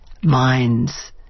minds